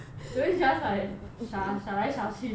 joey just like 傻傻来傻去这样